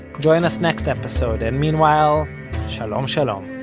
join us next episode, and meanwhile shalom shalom